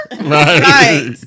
Right